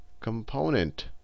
component